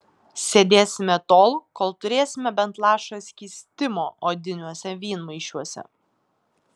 sėdėsime tol kol turėsime bent lašą skystimo odiniuose vynmaišiuose